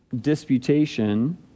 disputation